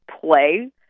play